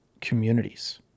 communities